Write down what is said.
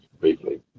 briefly